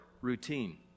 routine